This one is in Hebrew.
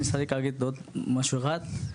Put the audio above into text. אני רוצה להגיד עוד משהו אחד.